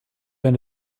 been